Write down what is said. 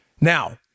Now